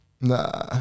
Nah